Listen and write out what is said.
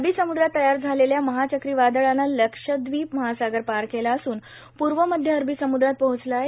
अरबी सम्द्रात तयार झालेल्या महाचक्रीवादळानं लक्षद्वीप महासागर पार केला असून प्र्व मध्य अरबी सम्द्रात पोहोचलं आहे